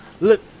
look